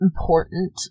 important